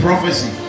Prophecy